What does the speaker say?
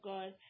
God